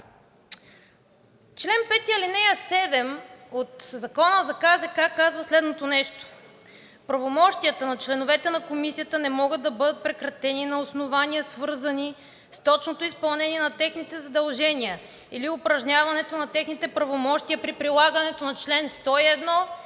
Член 5, ал. 7 от Закона за КЗК казва следното нещо: „Правомощията на членовете на комисията не могат да бъдат прекратени на основания, свързани с точното изпълнение на техните задължения или упражняването на техните правомощия при прилагането на чл. 101